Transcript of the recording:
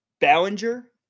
Ballinger